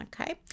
okay